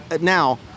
now